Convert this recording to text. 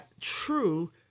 true